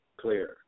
clear